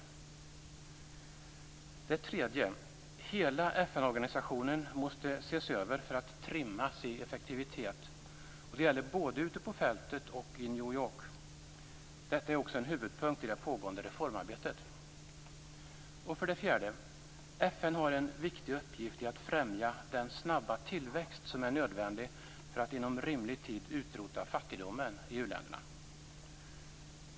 För det tredje: Hela FN-organisationen måste ses över för att trimmas i effektivitet. Det gäller både ute på fältet och i New York. Detta är också en huvudpunkt i det pågående reformarbetet. För det fjärde: FN har en viktig uppgift i att främja den snabba tillväxt som är nödvändig för att inom rimlig tid utrota fattigdomen i u-länderna.